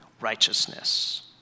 righteousness